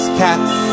cats